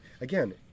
again